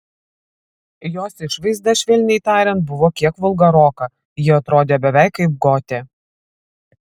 jos išvaizda švelniai tariant buvo kiek vulgaroka ji atrodė beveik kaip gotė